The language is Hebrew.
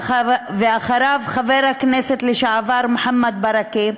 ואחריו, חבר הכנסת לשעבר מוחמד ברכה,